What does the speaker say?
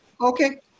Okay